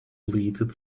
bleated